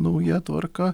nauja tvarka